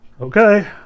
Okay